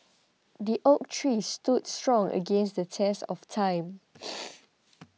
the oak tree stood strong against the test of time